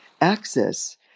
access